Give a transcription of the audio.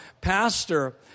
pastor